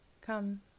Come